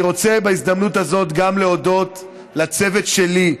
אני רוצה בהזדמנות הזאת גם להודות לצוות שלי,